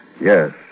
Yes